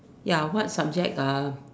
ya what subject uh